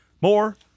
More